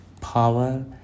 Power